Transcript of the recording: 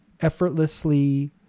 effortlessly